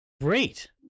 great